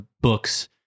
books